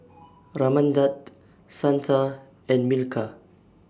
Ramnath Santha and Milkha